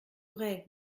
vrai